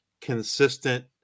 consistent